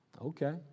Okay